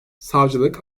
savcılık